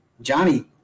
Johnny